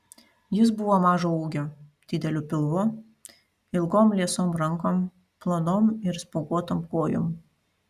jis buvo mažo ūgio dideliu pilvu ilgom liesom rankom plonom ir spuoguotom kojom